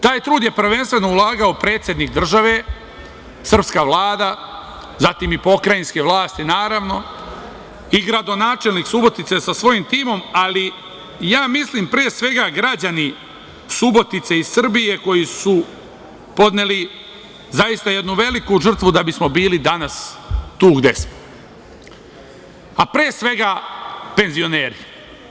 Taj trud je prvenstveno ulagao predsednik države, srpska Vlada, zatim i pokrajinske vlasti, naravno, i gradonačelnik Subotice sa svojim timom, ali ja mislim, pre svega, građani Subotice i Srbije koji su podneli zaista jednu veliku žrtvu da bismo bili danas tu gde smo, a pre svega penzioneri.